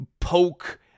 poke